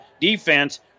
defense